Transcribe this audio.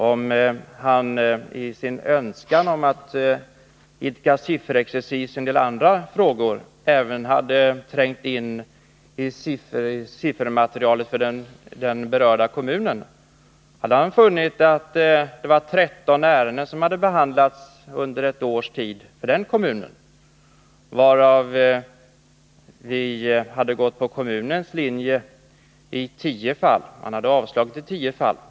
Om han i sin önskan att idka sifferexercis i en del andra frågor, även hade trängt in i siffermaterialet för den berörda kommunen, hade han funnit att det var 13 ärenden som behandlades för den kommunen under ett års tid och att vi hade följt kommunens linje i tio av fallen, dvs. man hade avslagit i tio fall.